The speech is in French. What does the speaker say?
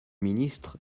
ministre